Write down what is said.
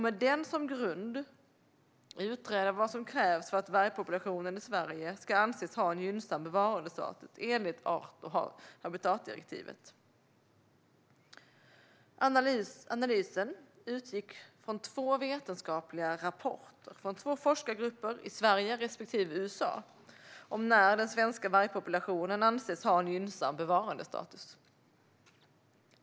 Med den som grund skulle Naturvårdsverket utreda vad som krävs för att vargpopulationen i Sverige ska anses ha gynnsam bevarandestatus enligt art och habitatdirektivet. Analysen utgick från två vetenskapliga rapporter, från två forskargrupper i Sverige respektive USA, om när den svenska vargpopulationen anses ha gynnsam bevarandestatus.